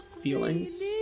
feelings